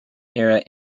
era